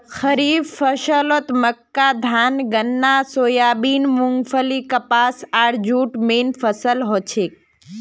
खड़ीफ फसलत मक्का धान गन्ना सोयाबीन मूंगफली कपास आर जूट मेन फसल हछेक